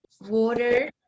water